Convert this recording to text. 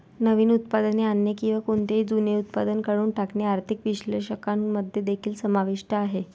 नवीन उत्पादने आणणे किंवा कोणतेही जुने उत्पादन काढून टाकणे आर्थिक विश्लेषकांमध्ये देखील समाविष्ट आहे